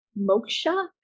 Moksha